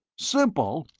simple?